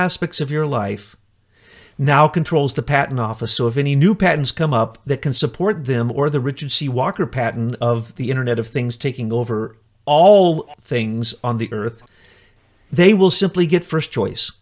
aspects of your life now controls the patent office so if any new patents come up that can support them or the richard c walker patent of the internet of things taking over all things on the earth they will simply get first choice